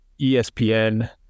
ESPN